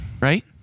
right